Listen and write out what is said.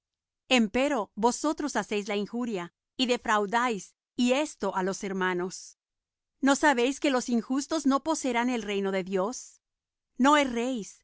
defraudados empero vosotros hacéis la injuria y defraudáis y esto á los hermanos no sabéis que los injustos no poseerán el reino de dios no erréis que